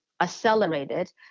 accelerated